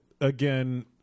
again